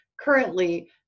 currently